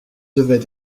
devait